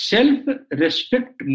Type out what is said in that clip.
Self-Respect